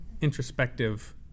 introspective